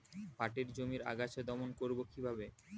পাটের জমির আগাছা দমন করবো কিভাবে?